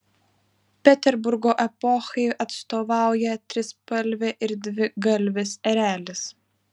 peterburgo epochai atstovauja trispalvė ir dvigalvis erelis